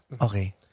Okay